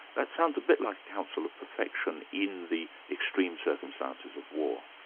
that sounds a bit like a council of perfection in the extreme circumstances of war.